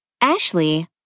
Ashley